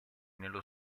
nello